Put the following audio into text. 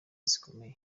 zikomeye